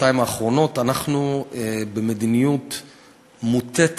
בשנתיים האחרונות אנחנו במדיניות מוטית-פריפריה,